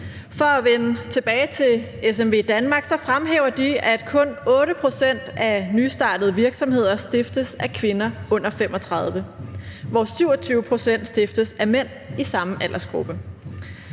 For at vende tilbage til SMVdanmark fremhæver de, at kun 8 pct. af nystartede virksomheder stiftes af kvinder under 35 år, hvor 27 pct. stiftes af mænd i samme aldersgruppe.